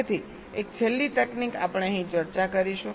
તેથી એક છેલ્લી તકનીક આપણે અહીં ચર્ચા કરીશું